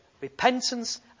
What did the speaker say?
Repentance